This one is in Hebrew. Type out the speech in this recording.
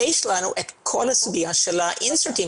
יש לנו את כל הסוגיה של האינסרטים,